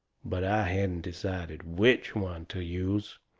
but i hadn't decided which one to use.